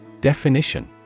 DEFINITION